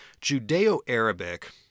Judeo-Arabic